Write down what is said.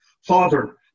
Father